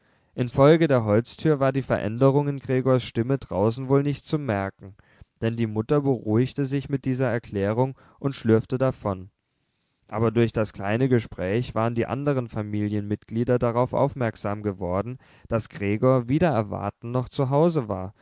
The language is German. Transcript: infolge der holztür war die veränderung in gregors stimme draußen wohl nicht zu merken denn die mutter beruhigte sich mit dieser erklärung und schlürfte davon aber durch das kleine gespräch waren die anderen familienmitglieder darauf aufmerksam geworden daß gregor wider erwarten noch zu hause war